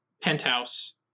penthouse